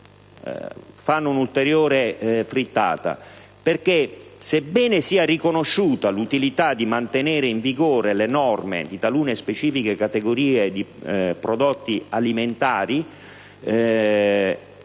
Fanno un'ulteriore frittata perché, sebbene sia riconosciuta l'utilità di mantenere in vigore le norme di talune specifiche categorie di prodotti alimentari,